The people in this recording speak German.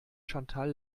chantal